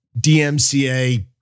DMCA